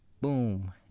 boom